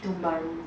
tiong bahru